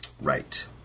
Right